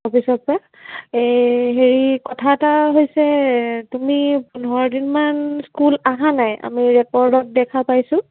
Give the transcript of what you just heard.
অফিচৰ পৰা এই হেৰি কথা এটা হৈছে তুমি পোন্ধৰ দিনমান স্কুল অহা নাই আমি ৰেকৰ্ডত দেখা পাইছোঁ